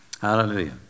Hallelujah